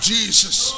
Jesus